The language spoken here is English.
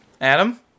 Adam